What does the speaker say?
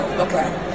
Okay